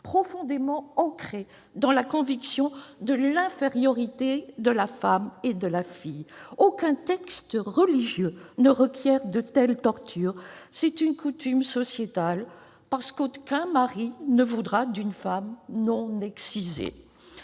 profondément ancrées dans la conviction de l'infériorité de la femme et de la fille. Aucun texte religieux ne requiert de telles tortures. C'est une coutume sociétale, parce qu'aucun mari ne voudra d'une épouse non excisée.